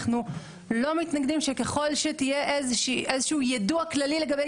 אנחנו לא מתנגדים שככל שיהיה איזה שהוא יידוע כללי לגבי